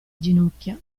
ginocchia